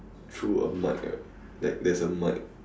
through a mic right like there's a mic